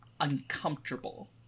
uncomfortable